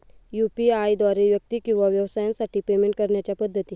UPI द्वारे व्यक्ती किंवा व्यवसायांसाठी पेमेंट करण्याच्या पद्धती